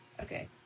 Okay